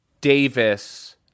Davis